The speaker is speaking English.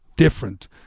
different